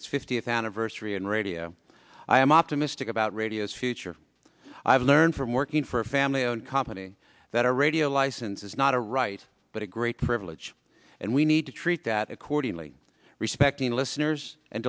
its fiftieth anniversary in radio i am optimistic about radio's future i've learned from working for a family owned company that a radio license is not a right but a great privilege and we need to treat that accordingly respecting listeners and